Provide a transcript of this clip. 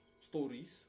stories